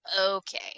Okay